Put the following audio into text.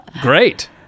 great